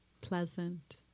pleasant